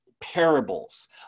parables